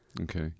Okay